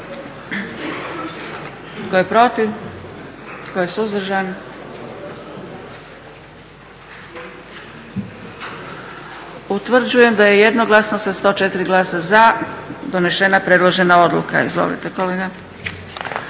Tko je protiv? Tko je suzdržan? Utvrđujem da je jednoglasno sa 104 glasa za donesena predložena odluka. Izvolite kolega.